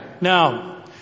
Now